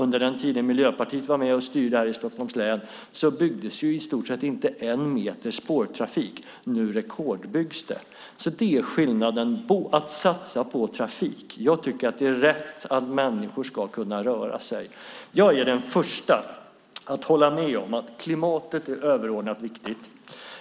Under den tiden Miljöpartiet var med och styrde här i Stockholms län byggdes i stort sett inte en meter spår för spårtrafik. Nu rekordbyggs det. Det är skillnaden när det gäller att satsa på trafik. Jag tycker att det är rätt att människor ska kunna röra sig. Jag är den förste att hålla med om att klimatet är överordnat viktigt.